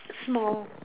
small